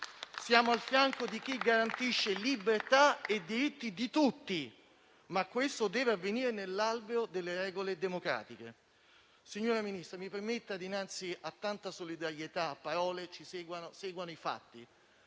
Siamo al fianco di chi garantisce libertà e diritti di tutti, ma questo deve avvenire nell'alveo delle regole democratiche. Signora Ministra, mi permetta di dirle che, dinanzi a tanta solidarietà, auspico che alle parole seguano i fatti.